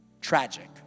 tragic